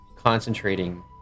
Concentrating